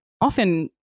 often